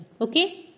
Okay